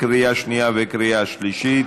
לקריאה שנייה ולקריאה שלישית.